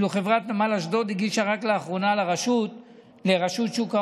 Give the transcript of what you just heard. ואילו חברת נמל אשדוד הגישה רק לאחרונה לרשות שוק ההון,